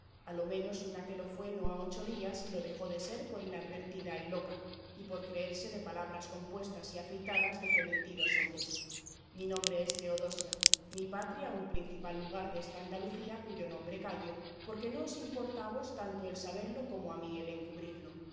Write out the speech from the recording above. a lo menos una que lo fue no ha ocho días y lo dejó de ser por inadvertida y loca y por creerse de palabras compuestas y afeitadas de fementidos hombres mi nombre es teodosia mi patria un principal lugar desta andalucía cuyo nombre callo porque no